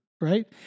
right